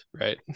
right